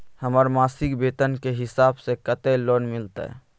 हमर मासिक वेतन के हिसाब स कत्ते लोन मिलते?